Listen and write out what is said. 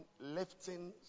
lifting